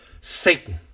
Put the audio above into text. Satan